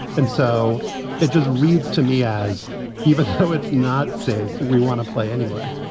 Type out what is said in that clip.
and so it just reads to me as even though it's not safe, we want to play anyway.